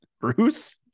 Bruce